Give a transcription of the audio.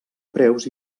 preus